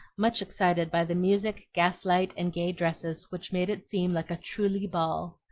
much excited by the music, gaslight, and gay dresses, which made it seem like a truly ball.